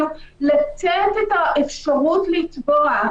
הוא מחלק גברים ונשים לטוב ורע,